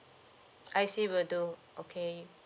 I_C will do okay